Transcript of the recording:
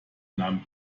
nahm